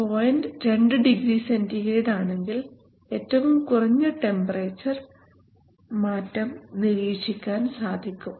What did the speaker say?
2 degree centigrade ആണെങ്കിൽ ഏറ്റവും കുറഞ്ഞ ടെമ്പറേച്ചർ മാറ്റം നിരീക്ഷിക്കാൻ സാധിക്കും